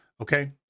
Okay